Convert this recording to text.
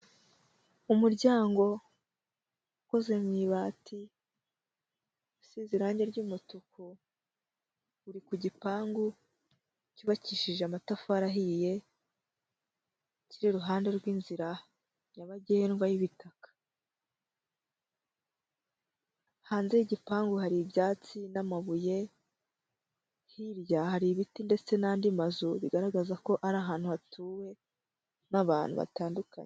Umuryango ukoze mu ibati usize irangi ry'umutuku uri ku gipangu cyubakishije amatafari ahiye kiri iruhande rw'inzira nyabagendwa y'ibitaka. Hanze y'igipangu hari ibyatsi ndetse n'amabuye hirya hari ibiti ndetse n'andi mazu bigaragaza ko ari ahantu hatuwe n'abantu batandukanye.